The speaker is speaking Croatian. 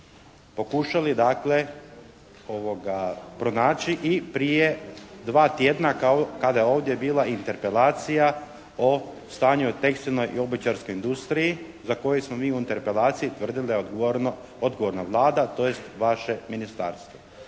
dakle pronaći i prije dva tjedna kao kada je ovdje bila interpelacija o stanju u tekstilnoj i obućarskoj industriji za koju smo mi u interpelaciji da je odgovorna Vlada tj. vaše ministarstvo.